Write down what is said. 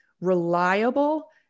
reliable